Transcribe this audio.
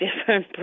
different